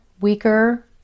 weaker